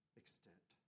extent